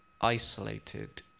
isolated